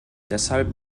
deshalb